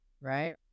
right